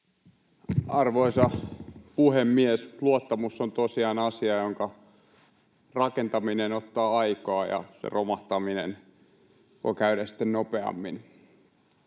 Arvoisa puhemies! Luottamus on tosiaan asia, jonka rakentaminen ottaa aikaa, ja sen romahtaminen voi käydä sitten nopeammin.